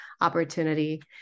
opportunity